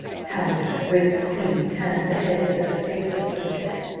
how this great queen turns the heads of her faithful subjects,